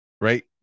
right